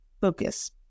focus